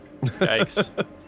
Yikes